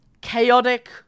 chaotic